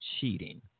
cheating